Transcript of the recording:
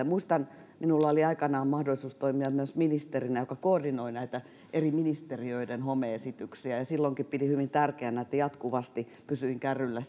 esillä muistan miten minulla oli aikanaan mahdollisuus toimia myös ministerinä joka koordinoi eri ministeriöiden home esityksiä silloinkin pidin hyvin tärkeänä että jatkuvasti pysyin kärryillä